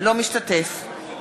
אינו משתתף בהצבעה